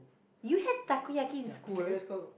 you had Takoyaki in school